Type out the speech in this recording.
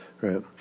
right